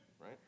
right